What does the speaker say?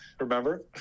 Remember